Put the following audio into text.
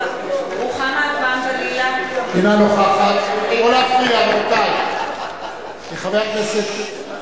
(קוראת בשמות חברי הכנסת)